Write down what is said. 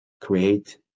create